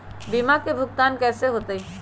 बीमा के भुगतान कैसे होतइ?